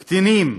קטינים,